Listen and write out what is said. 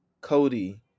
Cody